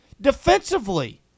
defensively